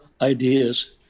ideas